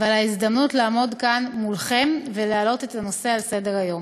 ההזדמנות לעמוד כאן מולכם ולהעלות את הנושא על סדר-היום.